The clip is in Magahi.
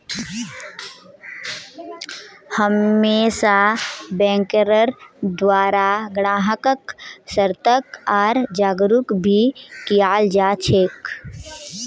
हमेशा बैंकेर द्वारा ग्राहक्क सतर्क आर जागरूक भी कियाल जा छे